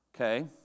okay